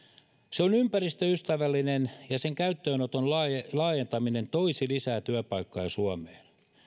se on ympäristöystävällinen ja sen käyttöönoton laajentaminen toisi lisää työpaikkoja suomeen